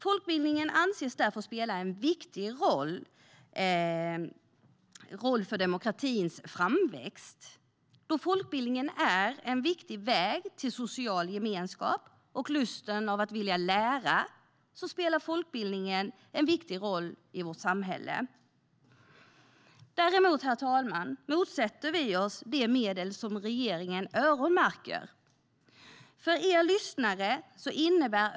Folkbildningen anses därför spela en viktig roll för demokratins framväxt. Då folkbildningen är en viktig väg till social gemenskap och lusten att vilja lära spelar folkbildningen en viktig roll i vårt samhälle. Herr talman! Vi motsätter oss att regeringen öronmärker dessa medel.